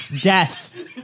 death